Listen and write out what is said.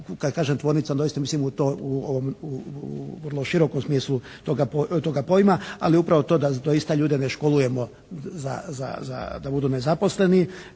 kažem tvornica onda doista mislim u ovom vrlo širokom smislu toga pojma. Ali upravo to, da doista ljude ne školujemo da budu nezaposleni,